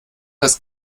das